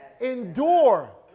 Endure